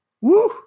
Woo